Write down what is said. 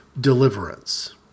deliverance